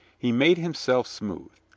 he made himself smooth.